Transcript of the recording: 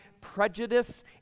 prejudice